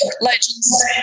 Legends